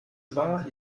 war